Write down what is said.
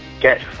get